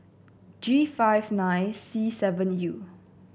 G five nine C seven U